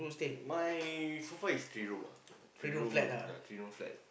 my so far is three room ah three room ya three room flat